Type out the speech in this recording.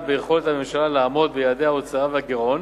ביכולת הממשלה לעמוד ביעדי ההוצאה והגירעון